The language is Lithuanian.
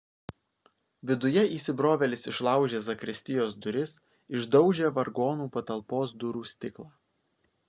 viduje įsibrovėlis išlaužė zakristijos duris išdaužė vargonų patalpos durų stiklą